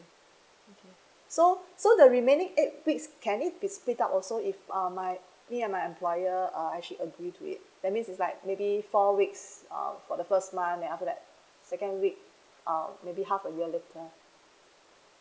so so the remaining eight weeks can it be split up also if um my me and my employer uh are actually agree to it that means is like maybe four weeks uh for the first month then after that second week uh maybe half a year later